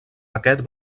aquest